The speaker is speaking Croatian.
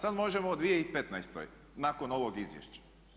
Sad možemo o 2015., nakon ovog izvješća.